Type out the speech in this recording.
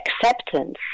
acceptance